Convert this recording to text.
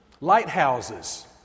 lighthouses